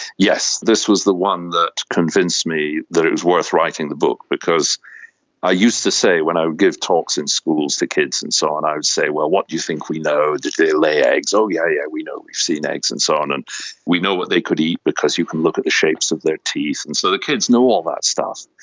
yes, this was the one that convinced me that it was worth writing the book, because i used to say when i would give talks at and schools to kids and so on, i would say, well, what do you think we know, did they lay eggs? oh yeah, yeah we know, we've seen eggs, and and we know what they could eat because you can look at the shapes of their teeth. and so the kids know all that stuff.